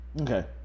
Okay